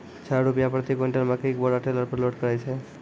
छह रु प्रति क्विंटल मकई के बोरा टेलर पे लोड करे छैय?